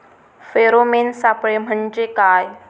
Pheromone सापळे म्हंजे काय?